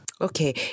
Okay